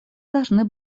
должны